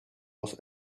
was